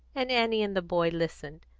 and annie and the boy listened.